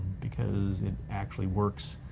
because it actually works,